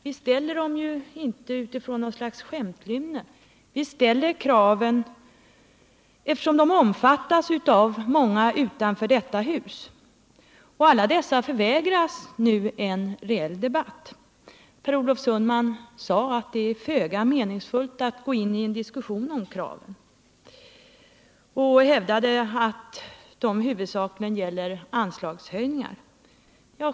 Vi ställer dem ju inte av något slags skämtlynne, utan vi ställer dem därför att de omfattas av många människor utanför detta hus. Alla dessa förvägras nu en reell debatt. Per Olof Sundman sade att det är föga meningsfullt att gå in i en diskussion om våra krav och hävdade att de huvudsakligen gäller anslagshöjningar.